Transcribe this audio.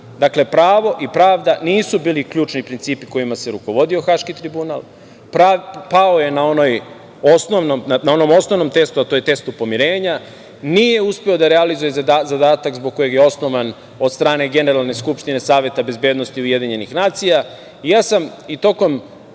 drugo. Dakle, pravo i pravda nisu bili ključni principi kojima se rukovodio Haški tribunal, pao je na onom osnovnom testu, a to je test pomirenja. Nije uspeo da realizuje zadatak zbog kojeg je osnovan od strane Generalne skupštine Saveta bezbednosti Ujedinjenih nacija. Ja